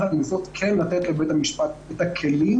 אך עם זאת כן לתת לבית המשפט את הכלים